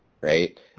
right